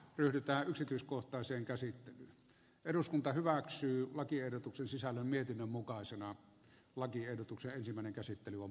yritä yksityiskohtaisen käsittelyn eduskunta hyväksyy lakiehdotuksen sisällön niin että pyydän myöskin tämän ottamaan huomioon